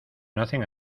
nacen